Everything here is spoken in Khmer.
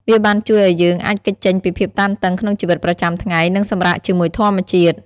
វាបានជួយឱ្យយើងអាចគេចចេញពីភាពតានតឹងក្នុងជីវិតប្រចាំថ្ងៃ និងសម្រាកជាមួយធម្មជាតិ។